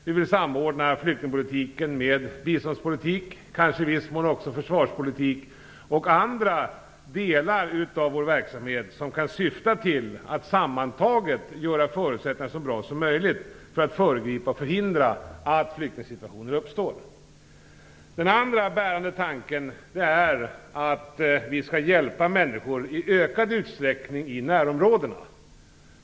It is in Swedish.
Vi vill samordna flyktingpolitiken med biståndspolitik och kanske i viss mån också försvarspolitik liksom med andra delar av vår verksamhet som sammantaget kan ge så bra förutsättningar som möjligt att förhindra att flyktingsituationer uppstår. En bärande tanke är att vi skall försöka att i ökad utsträckning hjälpa människor i närområdena.